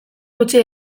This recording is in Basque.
gutxi